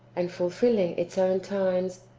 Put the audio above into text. and fulfilling its own times,